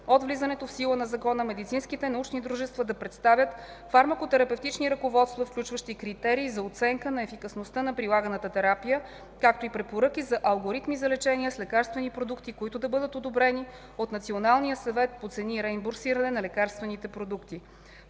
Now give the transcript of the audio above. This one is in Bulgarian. от влизането в сила на Закона, медицинските научни дружества да представят фармакотерапевтични ръководства, включващи критерии за оценка на ефикасността на прилаганата терапия, както и препоръки за алгоритми за лечение с лекарствени продукти, които да бъдат одобрени от Националния съвет по цени и реимбурсиране на лекарствените продукти.